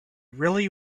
really